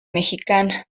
mexicana